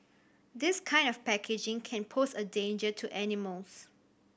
this kind of packaging can pose a danger to animals